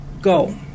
go